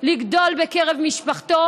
לגדול בקרב משפחתו,